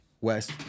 west